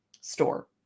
store